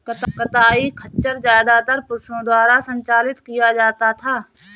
कताई खच्चर ज्यादातर पुरुषों द्वारा संचालित किया जाता था